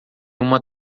uma